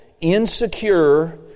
insecure